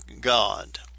God